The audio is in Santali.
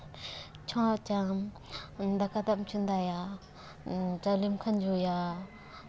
ᱪᱷᱚᱸᱪ ᱟᱢ ᱫᱟᱠᱟ ᱫᱟᱜ ᱮᱢ ᱪᱚᱸᱫᱟᱭᱟ ᱪᱟᱣᱞᱮᱢ ᱠᱷᱟᱸᱡᱚᱭᱟ